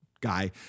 guy